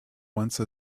once